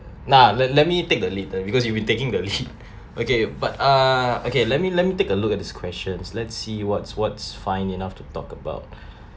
now let let me take the lead because you've been taking the lead okay but err okay let me let me take a look at this questions let's see what's what's fine enough to talk about